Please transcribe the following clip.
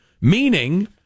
Meaning